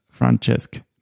Francesc